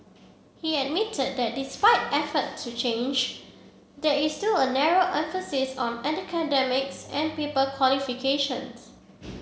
he admitted that despite effort to change there is still a narrow emphasis on academics and paper qualifications